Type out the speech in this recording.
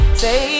say